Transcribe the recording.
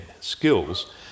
skills